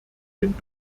den